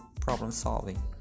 problem-solving